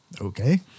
Okay